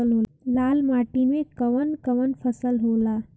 लाल माटी मे कवन कवन फसल होला?